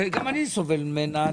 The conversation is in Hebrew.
שגם אני סובל ממנה.